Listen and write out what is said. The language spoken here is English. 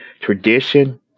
Tradition